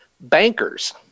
bankers